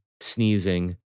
sneezing